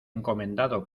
encomendado